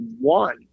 one—